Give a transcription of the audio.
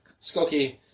Skokie